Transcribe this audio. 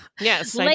Yes